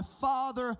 Father